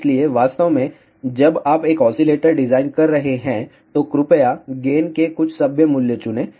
इसलिए वास्तव में जब आप एक ऑसीलेटर डिजाइन कर रहे हैं तो कृपया गेन के कुछ सभ्य मूल्य चुनें